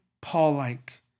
Paul-like